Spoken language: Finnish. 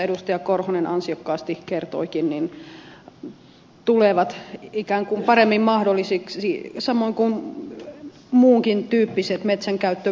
timo korhonen ansiokkaasti kertoikin tulevat ikään kuin paremmin mahdollisiksi samoin kuin muunkin tyyppiset metsänkäyttömuodot